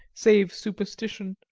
save superstition,